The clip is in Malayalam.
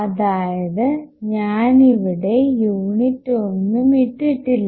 അതായത് ഞാനിവിടെ യൂണിറ്റ് ഒന്നും ഇട്ടിട്ടില്ല